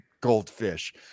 goldfish